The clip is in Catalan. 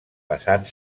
basant